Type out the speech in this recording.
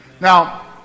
Now